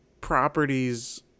properties